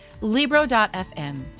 Libro.fm